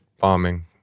bombing